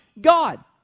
God